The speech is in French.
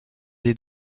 des